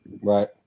Right